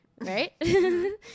Right